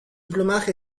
plumaje